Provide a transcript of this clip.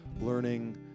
learning